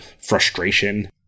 frustration